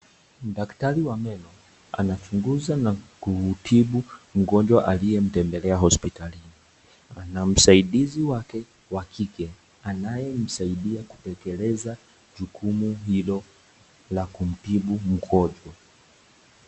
Daktari wa meno, anachunguza na kumtibu mgonjwa aliyemtembelea hospitalini. Ana msaidizi wake wa kike anayemsaidia kutekeleza jukumu hilo la kumtibu mgonjwa.